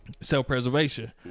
self-preservation